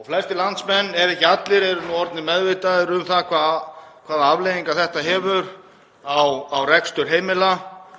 og flestir landsmenn, ef ekki allir, eru nú orðnir meðvitaðir um það hvaða afleiðingar þetta hefur á rekstur heimila.